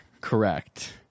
Correct